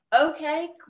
Okay